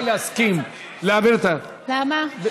או להסכים להביא אותה, למה?